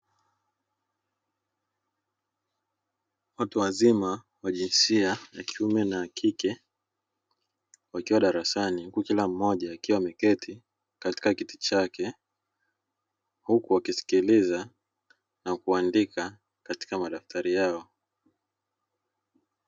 Watu wazima wa jinsia ya kiume na ya kike wakiwa darasani huku kila mmoja akiwa ameketi katika kiti chake huku akisikiliza na kuandika katika madaftari yao.